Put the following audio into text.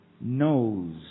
knows